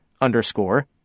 underscore